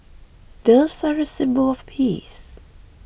doves are a symbol of peace